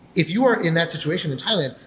if you are in that situation in thailand,